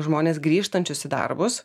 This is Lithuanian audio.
žmones grįžtančius į darbus